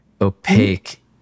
opaque